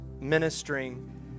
ministering